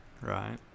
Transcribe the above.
Right